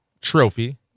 trophy